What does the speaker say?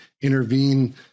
intervene